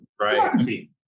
right